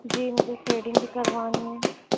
جی مجھے تھریڈنگ بھی کروانی ہے